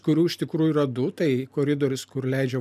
kurių iš tikrųjų yra du tai koridorius kur leidžia